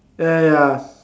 ya ya ya